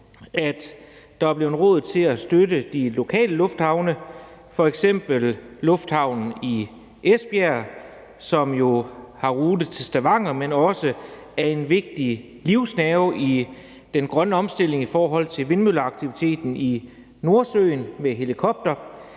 at der er blevet råd til at støtte de lokale lufthavne, f.eks. lufthavnen i Esbjerg, som jo har rute til Stavanger, men også er en vigtig livsnerve i den grønne omstilling i forhold til vindmølleaktiviteten i Nordsøen og helikoptere.